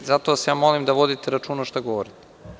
Zato vas molim da vodite računa šta govorite.